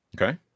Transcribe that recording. Okay